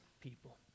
people